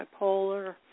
bipolar